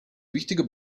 wichtige